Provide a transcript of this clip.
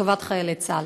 לטובת חיילי צה"ל.